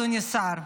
אדוני השר.